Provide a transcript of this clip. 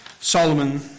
Solomon